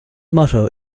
motto